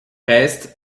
rijst